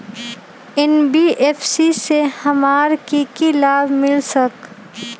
NBFC से हमार की की लाभ मिल सक?